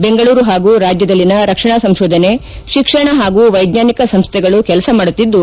ಬೆಂಗಳೂರು ಪಾಗೂ ರಾಜ್ಯದಲ್ಲಿನ ರಕ್ಷಣಾ ಸಂಶೋಧನೆ ಶಿಕ್ಷಣ ಪಾಗೂ ವೈಚ್ವಾನಿಕ ಸಂಶೈಗಳು ಕೆಲಸ ಮಾಡುತ್ತಿದ್ದು